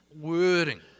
wording